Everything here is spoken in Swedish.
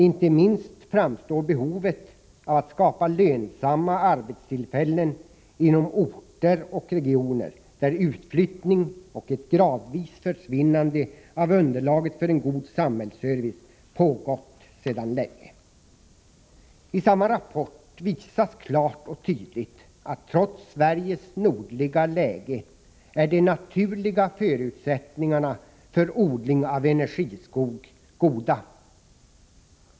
Inte minst framstår behovet av att skapa lönsamma arbetstillfällen inom orter och regioner där utflyttning och ett gradvis försvinnande av underlaget för en god samhällsservice har pågått sedan länge. I samma rapport visas klart och tydligt att de naturliga förutsättningarna för odling av energiskog trots Sveriges nordliga läge är goda.